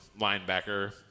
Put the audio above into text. linebacker